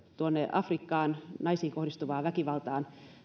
afrikkaan naisiin kohdistuvaa väkivaltaa